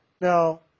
Now